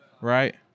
right